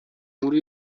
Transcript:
nkuru